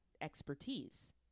expertise